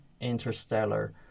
interstellar